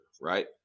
right